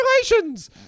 congratulations